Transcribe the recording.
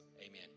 Amen